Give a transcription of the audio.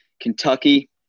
Kentucky